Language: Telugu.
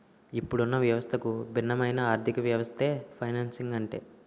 ఇప్పుడున్న వ్యవస్థకు భిన్నమైన ఆర్థికవ్యవస్థే ఫైనాన్సింగ్ అంటే